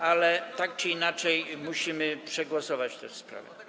Ale tak czy inaczej musimy przegłosować tę sprawę.